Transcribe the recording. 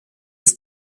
des